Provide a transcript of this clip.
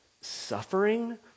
suffering